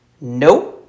Nope